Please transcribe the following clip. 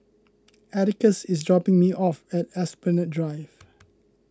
Atticus is dropping me off at Esplanade Drive